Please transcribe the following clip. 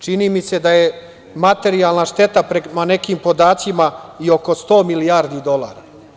Čini mi se da je materijalna šteta prema nekim podacima i oko 100 milijardi dolara.